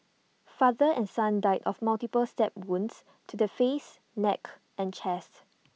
father and son died of multiple stab wounds to the face neck and chest